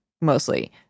mostly